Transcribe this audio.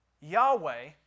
Yahweh